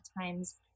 times